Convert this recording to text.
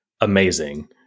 amazing